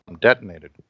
detonated